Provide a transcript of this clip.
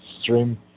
stream